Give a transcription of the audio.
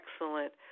excellent